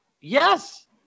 Yes